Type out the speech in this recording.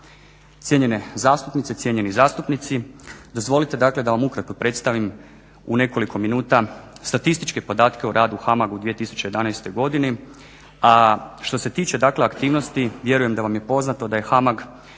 Cijenjene zastupnice, cijenjeni zastupnici, dozvolite dakle da vam ukratko predstavim u nekoliko minuta statističke podatke o radu HAMAG-a u 2011. godini, a što se tiče dakle aktivnosti vjerujem da vam je poznato da je HAMAG